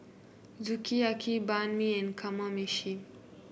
Sukiyaki Banh Mi and Kamameshi